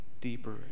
deeper